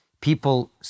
people